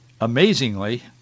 Amazingly